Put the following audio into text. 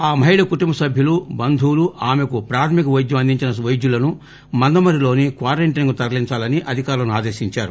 ఆ మహిళ కుటుంబ సభ్యులు బంధువులు ఆమెకు ప్రాథమిక వైద్యం అందించిన వైద్యులను మందమర్రిలోని క్వారంటైన్ కు తరలించాలని అధికారులను ఆదేశించారు